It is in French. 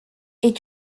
est